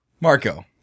Marco